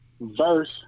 verse